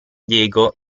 diego